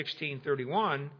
16.31